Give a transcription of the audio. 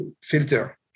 filter